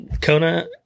Kona